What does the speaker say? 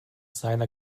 seiner